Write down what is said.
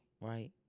right